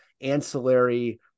ancillary